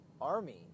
army